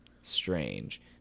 strange